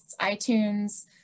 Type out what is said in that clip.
iTunes